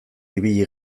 ibili